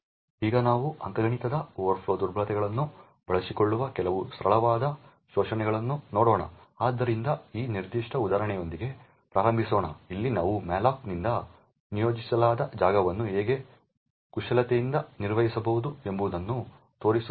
ಈಗ ನಾವು ಅಂಕಗಣಿತದ ಓವರ್ಫ್ಲೋ ದುರ್ಬಲತೆಗಳನ್ನು ಬಳಸಿಕೊಳ್ಳುವ ಕೆಲವು ಸರಳವಾದ ಶೋಷಣೆಗಳನ್ನು ನೋಡೋಣ ಆದ್ದರಿಂದ ಈ ನಿರ್ದಿಷ್ಟ ಉದಾಹರಣೆಯೊಂದಿಗೆ ಪ್ರಾರಂಭಿಸೋಣ ಅಲ್ಲಿ ನಾವು malloc ನಿಂದ ನಿಯೋಜಿಸಲಾದ ಜಾಗವನ್ನು ಹೇಗೆ ಕುಶಲತೆಯಿಂದ ನಿರ್ವಹಿಸಬಹುದು ಎಂಬುದನ್ನು ತೋರಿಸುತ್ತೇವೆ